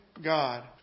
God